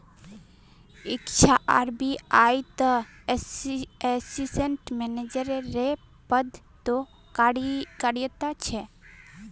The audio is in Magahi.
इच्छा आर.बी.आई त असिस्टेंट मैनेजर रे पद तो कार्यरत छे